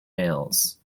males